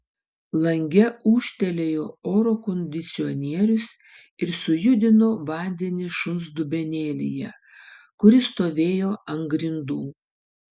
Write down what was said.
lange ūžtelėjo oro kondicionierius ir sujudino vandenį šuns dubenėlyje kuris stovėjo ant grindų